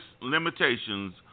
limitations